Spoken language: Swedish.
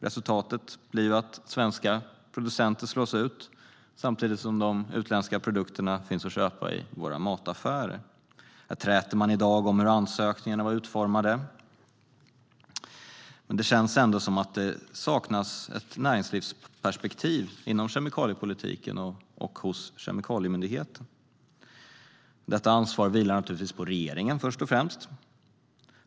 Resultatet blir att svenska producenter slås ut samtidigt som de utländska produkterna finns att köpa i våra mataffärer. Här träter man i dag om hur ansökningarna var utformade. Det känns ändå som att det saknas ett näringslivsperspektiv inom kemikaliepolitiken och hos Kemikalieinspektionen. Ansvaret för detta vilar naturligtvis först och främst på regeringen.